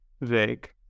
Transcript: vague